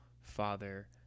father